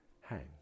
hang